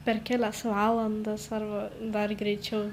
per kelias valandas ar dar greičiau